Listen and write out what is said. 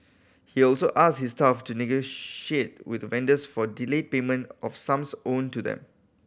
he also asked his staff to negotiate with vendors for delayed payment of sums owed to them